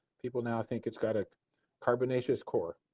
people now think it's got a carbanacious core.